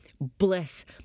bliss